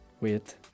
wait